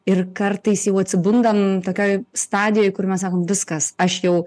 ir kartais jau atsibundam tokioj stadijoj kur mes sakom viskas aš jau